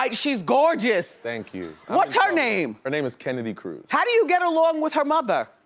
like she's gorgeous! thank you. and what's her name? her name is kennedy crus. how do you get along with her mother?